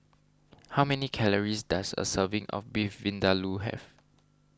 how many calories does a serving of Beef Vindaloo have